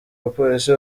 abapolisi